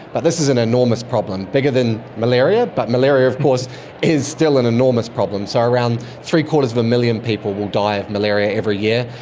but this is an enormous problem, bigger than malaria, but malaria of course is still an enormous problem. so around three-quarters of a million people will die of malaria every year.